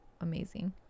amazing